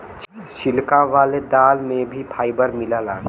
छिलका वाले दाल में भी फाइबर मिलला